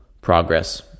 progress